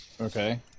Okay